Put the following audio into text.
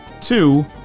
two